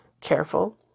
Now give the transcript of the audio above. careful